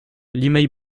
limeil